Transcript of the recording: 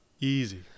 Easy